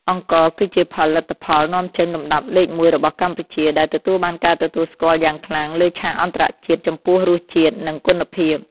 អង្ករគឺជាផលិតផលនាំចេញលំដាប់លេខមួយរបស់កម្ពុជា ដែលទទួលបានការទទួលស្គាល់យ៉ាងខ្លាំងលើឆាកអន្តរជាតិចំពោះរសជាតិ និងគុណភាព។